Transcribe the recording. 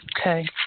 Okay